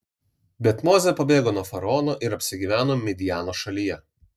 bet mozė pabėgo nuo faraono ir apsigyveno midjano šalyje